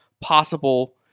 possible